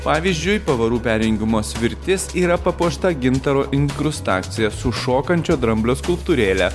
pavyzdžiui pavarų perjungimo svirtis yra papuošta gintaro inkrustacija su šokančio dramblio skulptūrėle